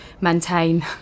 maintain